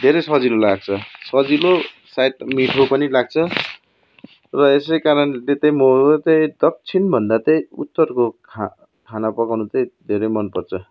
धेरै सजिलो लाग्छ सजिलो सायद मिठो पनि लाग्छ र यसै कारणले चाहिँ म चाहिँ दक्षिणभन्दा चाहिँ उत्तरको खा खाना पकाउनु चाहिँ धेरै मन पर्छ